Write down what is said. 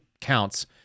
counts